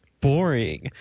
boring